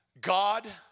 God